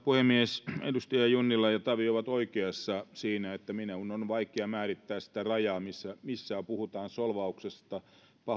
puhemies edustajat junnila ja tavio ovat oikeassa siinä että minun on vaikea määrittää sitä rajaa missä puhutaan solvauksesta